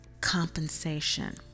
compensation